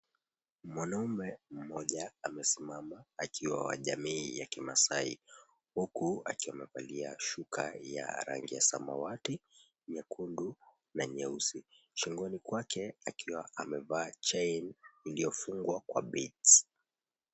Mwanaume mmoja amesimama akiwa wa jamii ya Kimaasai huku akiwa amevalia shuka ya rangi ya samawati, nyekundu na nyeusi, shingoni kwake akiwa amevaa chein iliyofungwa kwa beads .